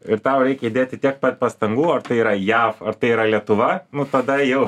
ir tau reikia įdėti tiek pastangų ar tai yra jav ar tai yra lietuva tada jau